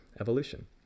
evolution